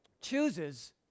chooses